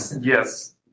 yes